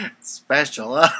special